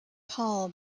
paul